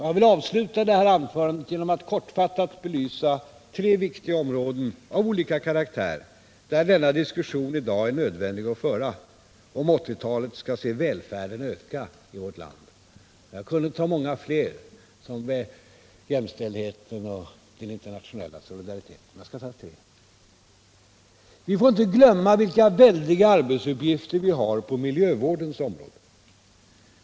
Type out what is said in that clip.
Jag vill avsluta detta anförande genom att kortfattat belysa tre viktiga områden, av olika karaktär, där denna diskussion i dag är nödvändig att föra, om 1980-talet skall se välfärden öka i vårt land. Jag kunde ta många fler, såsom jämställdheten och den internationella solidariteten, men jag skall ta tre. Vi får inte glömma vilka väldiga arbetsuppgifter vi har på miljövårdens område.